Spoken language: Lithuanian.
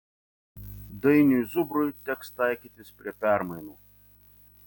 dainiui zubrui teks taikytis prie permainų